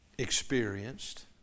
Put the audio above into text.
experienced